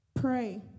Pray